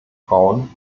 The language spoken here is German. frauen